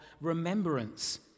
remembrance